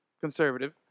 conservative